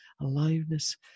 aliveness